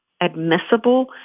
admissible